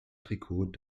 trikot